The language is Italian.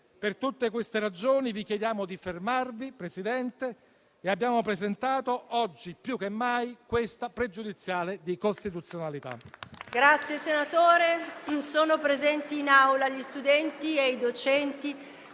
Per tutte queste ragioni, vi chiediamo di fermarvi e, a tal fine, abbiamo presentato, oggi più che mai, una pregiudiziale di costituzionalità.